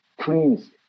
please